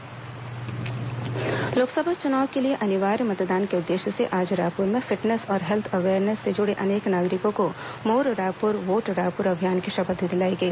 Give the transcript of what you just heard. मोर Raipur vote Raipur Lok Sabha चुनाव के लिए अनिवार्य मतदान के उद्देश्य से आज रायपुर में फिटनेस और हेल्थ अवेयरनेस से जुड़े अनेक नागरिकों को मोर रायपुर वोट रायपुर अभियान की शपथ दिलाई गई